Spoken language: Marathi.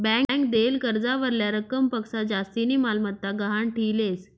ब्यांक देयेल कर्जावरल्या रकमपक्शा जास्तीनी मालमत्ता गहाण ठीलेस